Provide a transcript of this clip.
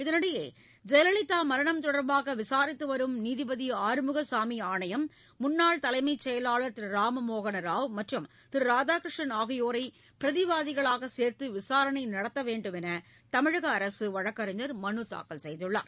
இதனிடையே ஜெயலலிதா மரணம் தொடர்பாக விசாரித்து வரும் நீதிபதி ஆறுமுகசாமி முன்னாள் தலைச் செயலாளர் ஆனையம் திரு ராம மோகள ராவ் மற்றும் திரு ராதாகிருஷ்ணன் ஆகியோரை பிரதிவாதிகளாக சேர்த்து விசாரணை நடத்த வேண்டும் என தமிழக அரசு வழக்கறிஞர் மனு தூக்கல் செய்துள்ளார்